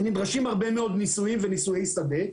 נדרשים הרבה מאוד ניסויים וניסויי שדה.